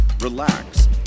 relax